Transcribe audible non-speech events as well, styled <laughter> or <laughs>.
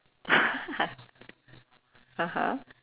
<laughs> (uh huh)